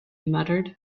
muttered